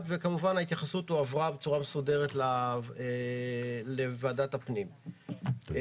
ההתייחסות עברה בצורה מסודרת לוועדת הפנים,